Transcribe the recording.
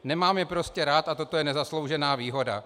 Nemám je prostě rád a toto je nezasloužená výhoda.